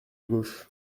gauche